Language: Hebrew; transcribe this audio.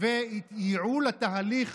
וייעול תהליך